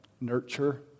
nurture